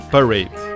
Parade